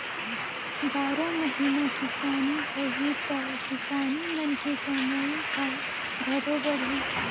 बारो महिना किसानी होही त किसान मन के कमई ह घलो बड़ही